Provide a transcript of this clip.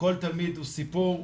כל תלמיד הוא סיפור,